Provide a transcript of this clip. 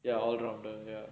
ya all rounder